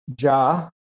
Ja